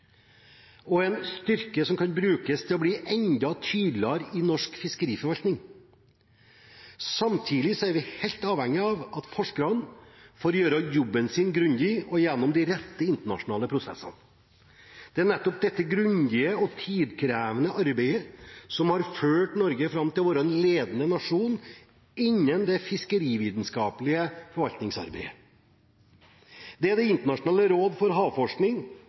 – en styrke som kan brukes til å bli enda tydeligere i norsk fiskeriforvaltning. Samtidig er vi helt avhengig av at forskerne får gjøre jobben sin grundig og gjennom de rette internasjonale prosessene. Det er nettopp dette grundige og tidkrevende arbeidet som har ført Norge fram til å være en ledende nasjon innen det fiskerivitenskapelige forvaltningsarbeidet. Det er Det internasjonale råd for havforskning,